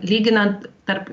lyginant tarp